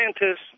Scientists